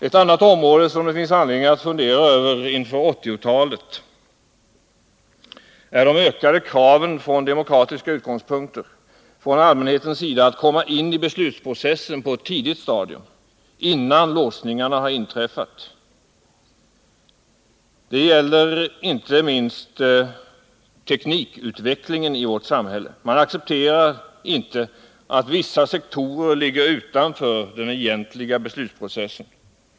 En annan fråga som det finns anledning att fundera över inför 1980-talet är de ökade kraven — från demokratiska utgångspunkter — från allmänhetens sida att komma in i beslutsprocessen på ett tidigt stadium, innan låsningarna har inträffat. Det gäller inte minst teknikutvecklingen i vårt samhälle. Man accepterar inte att vissa sektorer ligger utanför den egentliga beslutsprocessen.